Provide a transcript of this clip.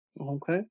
okay